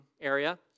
area